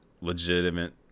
legitimate